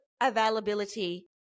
availability